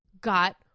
got